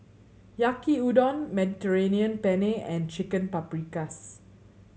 Yaki Udon Mediterranean Penne and Chicken Paprikas